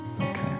Okay